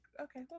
Okay